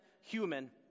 human